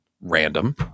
Random